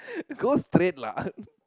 go straight lah